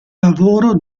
lavoro